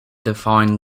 define